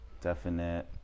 Definite